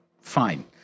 fine